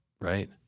Right